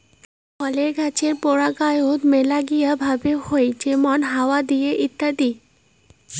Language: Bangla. ফলের গাছের পরাগায়ন মেলাগিলা ভাবে হউ যেমন হাওয়া দিয়ে ইত্যাদি